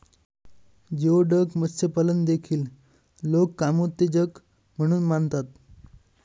geoduck मत्स्यपालन देखील लोक कामोत्तेजक म्हणून मानतात